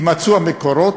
יימצאו המקורות.